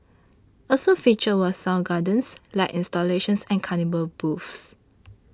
also featured were sound gardens light installations and carnival booths